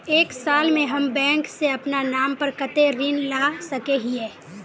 एक साल में हम बैंक से अपना नाम पर कते ऋण ला सके हिय?